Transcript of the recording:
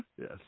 Yes